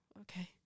okay